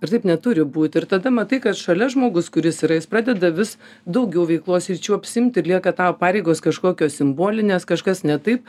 ir taip neturi būt ir tada matai kad šalia žmogus kuris yra jis pradeda vis daugiau veiklos sričių apsiimt ir lieka tavo pareigos kažkokios simbolinės kažkas ne taip